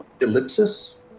Ellipsis